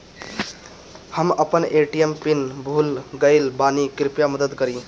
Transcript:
हम अपन ATM PIN भूल गएल बानी, कृपया मदद करीं